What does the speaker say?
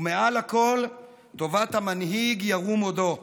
ומעל הכול, טובת המנהיג ירום הודו.